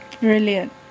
Brilliant